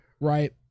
right